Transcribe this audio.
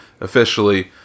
officially